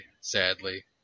sadly